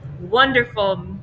wonderful